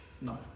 No